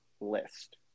list